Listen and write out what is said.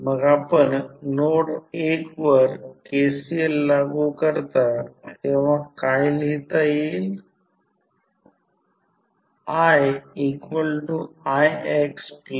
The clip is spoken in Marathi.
मग आपण नोड 1 वर KCL लागू करता तेव्हा काय लिहिता येईल